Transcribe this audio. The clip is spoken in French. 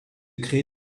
créer